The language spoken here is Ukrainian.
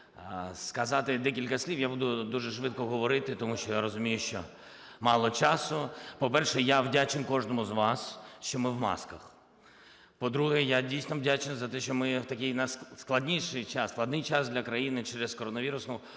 сказати декілька слів. Я буду дуже швидко говорити, тому що я розумію, що мало часу. По-перше, я вдячний кожному з вас, що ми в масках. По-друге, я, дійсно, вдячний за те, що ми в такий складний час для країни через коронавірусну